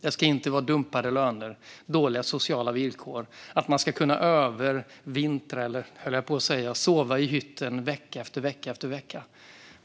Det ska inte vara dumpade löner eller dåliga sociala villkor; man ska inte kunna sova i hytten vecka efter vecka.